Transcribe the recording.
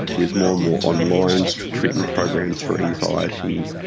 there's more and more online treatment programs for anxiety,